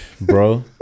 Bro